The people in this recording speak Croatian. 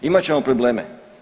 Imat ćemo probleme.